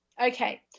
Okay